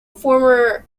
former